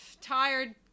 tired